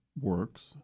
works